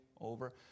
over